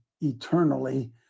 eternally